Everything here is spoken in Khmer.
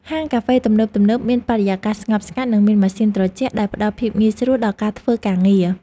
ហាងកាហ្វេទំនើបៗមានបរិយាកាសស្ងប់ស្ងាត់និងមានម៉ាស៊ីនត្រជាក់ដែលផ្តល់ភាពងាយស្រួលដល់ការធ្វើការងារ។